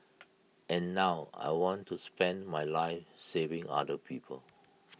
and now I want to spend my life saving other people